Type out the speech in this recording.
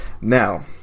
Now